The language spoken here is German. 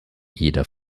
jeder